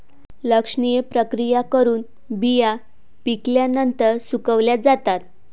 लक्षणीय प्रक्रिया करून बिया पिकल्यानंतर सुकवल्या जातात